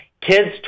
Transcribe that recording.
Kids